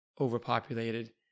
overpopulated